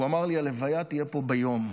הוא אמר לי: ההלוויה תהיה פה ביום,